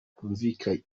twumvikana